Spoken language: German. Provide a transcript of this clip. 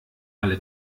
alle